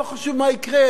לא חשוב מה יקרה,